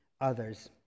others